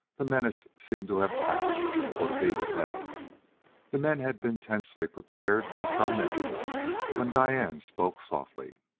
the menace seemed to have passed, or to be withheld the men had been tensely prepared for some minutes when diane spoke softly.